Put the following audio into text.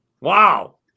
Wow